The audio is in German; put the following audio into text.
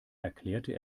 erklärte